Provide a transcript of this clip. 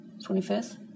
25th